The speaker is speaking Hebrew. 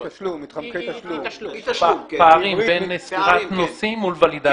משלמים --- פערים בין סגירת נוסעים מול ולידציות.